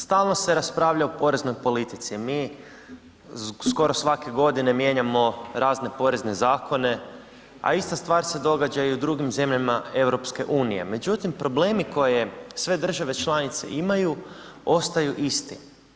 Stalno se raspravlja o poreznoj politici, mi skoro svake godine mijenjamo razne porezne zakone a ista stvar se događa i u drugim zemljama EU-a međutim, problemi koje sve države članice imaju, ostaju iste.